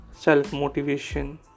self-motivation